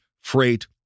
freight